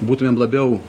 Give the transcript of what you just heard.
būtumėm labiau